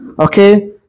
okay